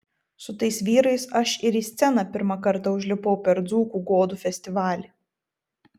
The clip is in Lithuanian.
su tais vyrais aš ir į sceną pirmą kartą užlipau per dzūkų godų festivalį